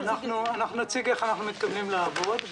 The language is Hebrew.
נציג איך אנחנו מתכוונים לעבוד.